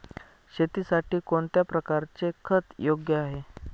शेतीसाठी कोणत्या प्रकारचे खत योग्य आहे?